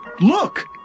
look